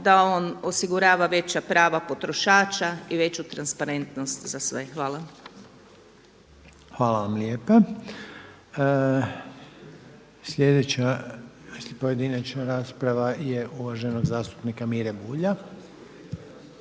da on osigurava veća prava potrošača i veću transparentnost za sve. Hvala. **Reiner, Željko (HDZ)** Hvala vam lijepa. Sljedeća pojedinačna rasprava je uvaženog zastupnika Mire Bulja.